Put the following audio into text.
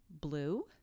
blue